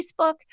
Facebook